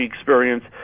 experience